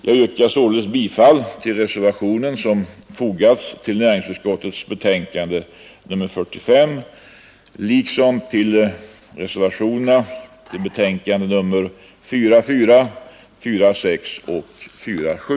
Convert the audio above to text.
Jag yrkar således bifall till den reservation som fogats till näringsutskottets betänkande nr 45 liksom till reservationerna till betänkandena nr 44, 46 och 47.